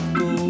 go